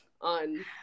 on